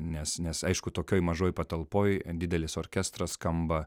nes nes aišku tokioj mažoj patalpoj didelis orkestras skamba